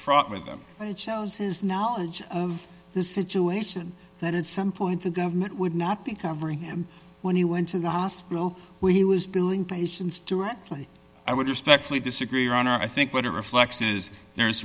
fraught with them i chose his knowledge of the situation that at some point the government would not be covering him when he went to the hospital where he was billing patients directly i would respectfully disagree on or i think what it reflects is there